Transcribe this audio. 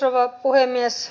rouva puhemies